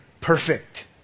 perfect